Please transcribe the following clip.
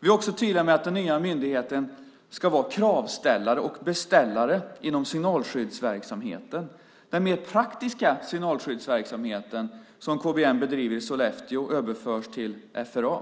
Vi är också tydliga med att den nya myndigheten ska vara kravställare och beställare inom signalskyddsverksamheten. Den mer praktiska signalskyddsverksamheten som KBM bedriver i Sollefteå överförs till FRA.